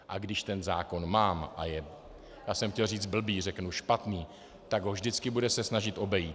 A když ten zákon mám a je chtěl jsem říct blbý, řeknu špatný, tak ho vždycky bude se snažit obejít.